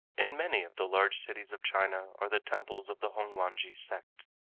in many of the large cities of china are the temples of the hongwanji sect.